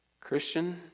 Christian